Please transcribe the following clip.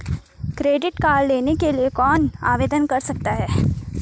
Credit card लेने के लिए कौन आवेदन कर सकता है?